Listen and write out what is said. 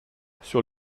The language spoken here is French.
sur